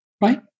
right